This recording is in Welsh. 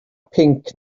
pinc